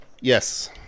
yes